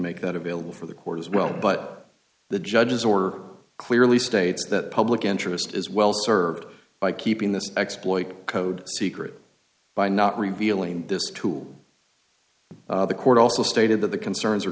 make that available for the court as well but the judges or clearly states that public interest is well served by keeping this exploit code secret by not revealing this tool the court also stated that the concerns